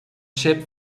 ship